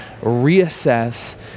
Reassess